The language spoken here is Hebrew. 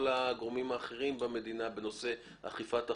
הגורמים האחרים במדינה בנושא אכיפת החוק,